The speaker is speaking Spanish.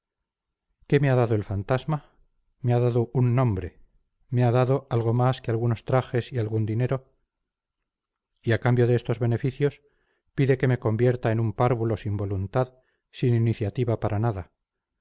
qué me ha dado el fantasma me ha dado un nombre me ha dado algo más que algunos trajes y algún dinero y a cambio de estos beneficios pide que me convierta en un párvulo sin voluntad sin iniciativa para nada